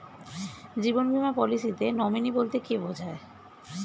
জীবন বীমা পলিসিতে নমিনি বলতে কি বুঝায়?